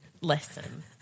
lesson